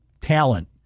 talent